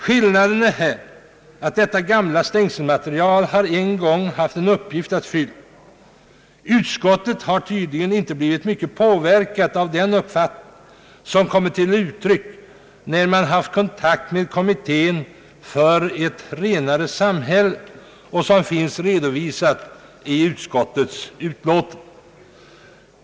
Skillnaden är att detta gamla stängselmaterial en gång har haft en uppgift att fylla. Utskottet har tydligen inte påverkats särskilt mycket av den uppfattning som kommit till uttryck vid kontakten med kommittén för ett renare samhälle och som redovisas i utskottets utlåtande.